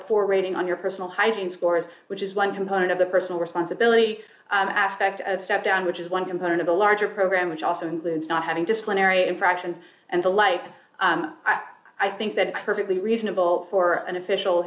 poor rating on your personal hygiene scores which is one component of the personal responsibility aspect of step down which is one component of a larger program which also includes not having disciplinary infractions and the like i think that perfectly reasonable for an official